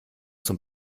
zum